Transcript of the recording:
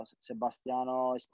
Sebastiano